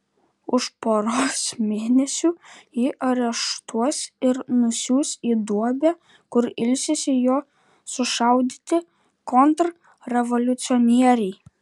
už poros mėnesių jį areštuos ir nusiųs į duobę kur ilsisi jo sušaudyti kontrrevoliucionieriai